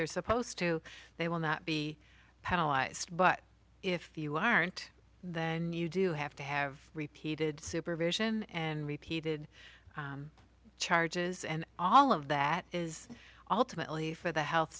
they're supposed to they will not be penalized but if you aren't then you do have to have repeated supervision and repeated charges and all of that is alternately for the health